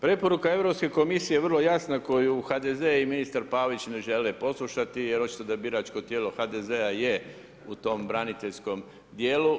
Preporuka Europske komisije vrlo je jasna koju HDZ i ministar Pavić ne žele poslušati, jer očito da je biračko tijelo HDZ-a je u tom braniteljskom dijelu.